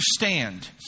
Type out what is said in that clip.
understand